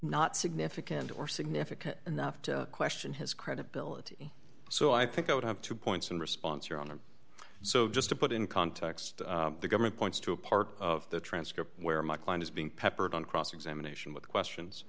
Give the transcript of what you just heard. not significant or significant enough to question his credibility so i think i would have two points in response here on them so just to put in context the government points to a part of the transcript where my client is being peppered on cross examination with questions